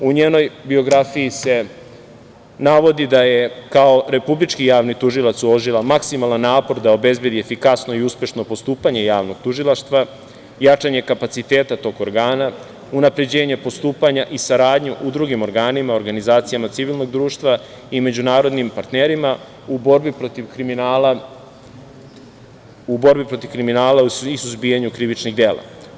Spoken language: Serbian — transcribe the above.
U njenoj biografiji se navodi da je kao Republički javni tužilac uložila maksimalan napor da obezbedi efikasno i uspešno postupanje Javnog tužilaštva, jačanje kapaciteta tog organa, unapređenje postupanja i saradnju u drugim organima i organizacijama civilnog društva i međunarodnim partnerima u borbi protiv kriminala i suzbijanju krivičnih dela.